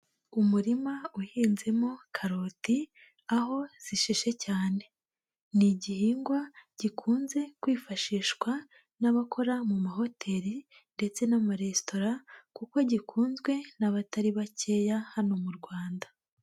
Umurima uhinzemo karoti aho zisheshe cyane, ni igihingwa gikunze kwifashishwa n'abakora mu mahoteli ndetse n'amaresitora kuko gikunzwe n'abatari bakeya hano mu Rwanda.